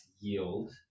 yield